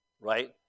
right